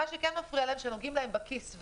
מה שכן מפריע להם הוא שנוגעים להם בכיס,